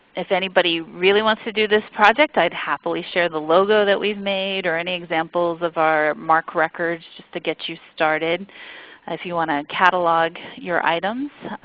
if anybody really wants to do this project i'd happily share the logo that we've made or any examples of our mark records just to get you started if you want to catalog your items.